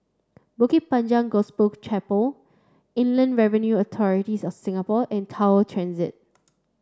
Bukit Panjang Gospel Chapel Inland Revenue Authorities of Singapore and Tower Transit